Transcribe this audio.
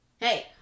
Hey